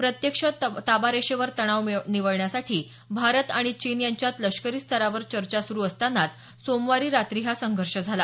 प्रत्यक्ष ताबारेषेवर तणाव निवळण्यासाठी भारत आणि चीन यांच्यात लष्करी स्तरावर चर्चा सुरू असतानाच सोमवारी रात्री हा संघर्ष झाला